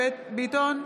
ביטון,